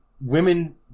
women